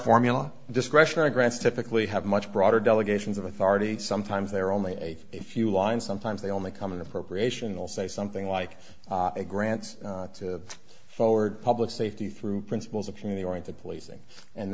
formula discretionary grants typically have much broader delegations of authority sometimes they're only a few lines sometimes they only come in appropriation they'll say something like a grants to forward public safety through principles of community oriented policing and